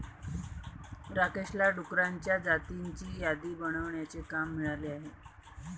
राकेशला डुकरांच्या जातींची यादी बनवण्याचे काम मिळाले आहे